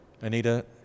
Anita